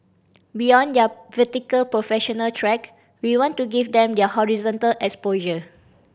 beyond their vertical professional track we want to give them their horizontal exposure